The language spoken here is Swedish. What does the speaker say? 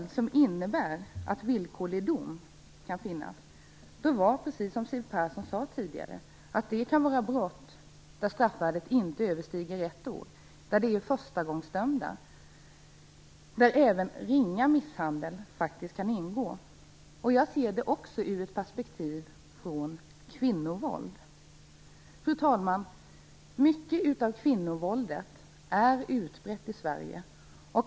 Det kan, som Siw Persson sade, innebära en utvidgning till brott där straffvärdet inte överstiger ett år, där det är förstagångsdömda, där även ringa misshandel kan ingå. Det kan handla om kvinnovåld, och jag ser det också ur det perspektivet. Fru talman! Kvinnovåldet är utbrett i Sverige.